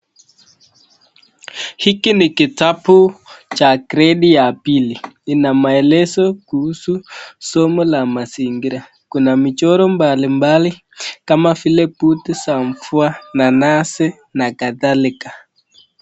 Hiki ni kitabu cha gredi ya pili, ina maelezo kuhusu somo la mazingira. Kuna michoro mbalimbali kama vile kabuti za mvua, nanasi na kadhalika.